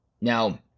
Now